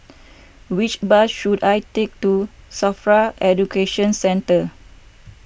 which bus should I take to Safra Education Centre